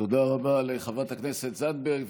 תודה רבה לך, חברת הכנסת זנדברג.